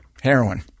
heroin